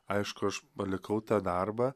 aišku aš palikau tą darbą